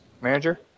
Manager